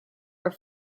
are